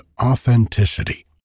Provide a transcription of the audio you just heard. authenticity